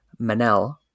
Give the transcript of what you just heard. Manel